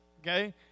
okay